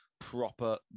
proper